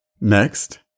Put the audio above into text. Next